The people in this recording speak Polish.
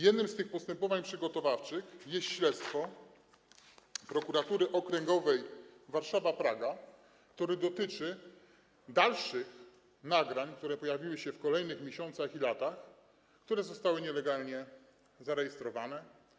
Jednym z tych postępowań przygotowawczych jest śledztwo Prokuratury Okręgowej Warszawa-Praga, które dotyczy dalszych nagrań, które pojawiły się w kolejnych miesiącach i latach, które zostały nielegalnie zarejestrowane.